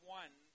one